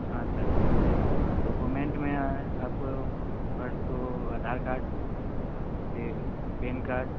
हाँ sir document document में आपको फर्स्ट तो आधार कार्ड फ़िर पैन कार्ड